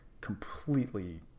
completely